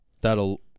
that'll